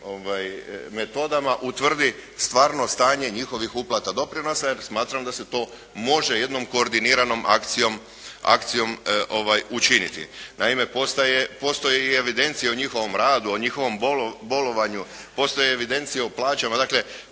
metodama utvrdi stvarno stanje njihovih uplata doprinosa jer smatram da se to može jednom koordiniranom akcijom učiniti. Naime postaje, postoje i evidencije o njihovom radu, o njihovom bolovanju, postoje evidencije o plaćama. Dakle